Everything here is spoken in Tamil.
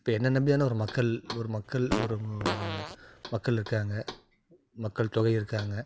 இப்போ என்னை நம்பி தானே ஒரு மக்கள் ஒரு மக்கள் ஒரு ஒரு மக்கள் இருக்காங்க மக்கள் தொகை இருக்காங்க